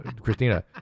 christina